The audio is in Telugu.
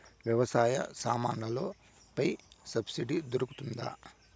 వ్యవసాయ సామాన్లలో పై సబ్సిడి దొరుకుతుందా?